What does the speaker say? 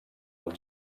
els